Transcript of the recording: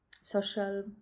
social